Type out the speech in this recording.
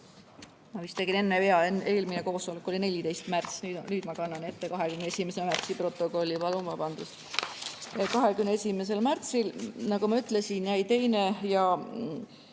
Ma vist tegin enne vea. Meie eelmine koosolek oli 14. märtsil, nüüd ma kannan ette 21. märtsi protokolli. Palun vabandust! 21. märtsil, nagu ma ütlesin, jäi 9.